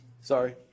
Sorry